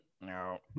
No